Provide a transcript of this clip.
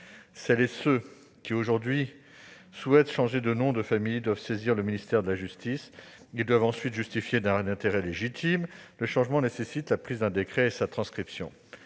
Celles et ceux qui souhaitent changer de nom de famille doivent saisir le ministère de la justice, puis justifier d'un intérêt légitime. Le changement nécessite la prise d'un décret et sa transcription.